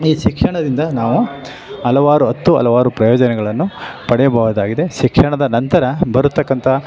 ಈ ಶಿಕ್ಷಣದಿಂದ ನಾವು ಹಲವಾರು ಹತ್ತು ಹಲವಾರು ಪ್ರಯೋಜನಗಳನ್ನು ಪಡೆಯಬಹುದಾಗಿದೆ ಶಿಕ್ಷಣದ ನಂತರ ಬರತಕ್ಕಂಥ